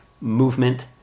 movement